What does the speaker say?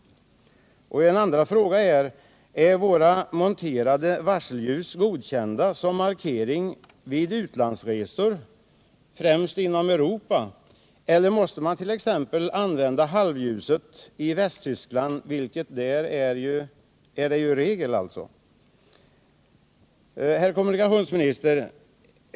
Är våra påmonterade varselljus godkända som markering utomlands, främst inom Europa, eller måste man t.ex. använda halvljuset i Västtyskland, vilket där är regel? Herr kommunikationsminister!